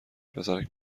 پسرک